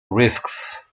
risks